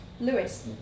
Lewis